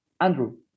Andrew